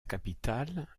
capitale